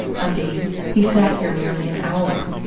undine he sat here nearly an hour.